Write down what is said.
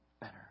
better